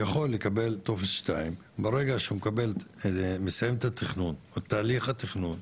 יכול לקבל טופס 2. ברגע שהוא מסיים את תהליך התכנון,